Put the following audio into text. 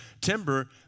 timber